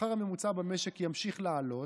השכר הממוצע במשק ימשיך לעלות,